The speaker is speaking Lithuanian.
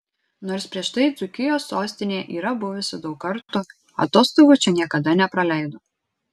nors prieš tai dzūkijos sostinėje yra buvusi daug kartų atostogų čia niekada nepraleido